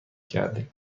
کردیم